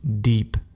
deep